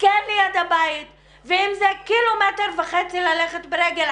כן ליד הבית ואם זה קילומטר וחצי ללכת ברגל,